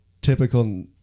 typical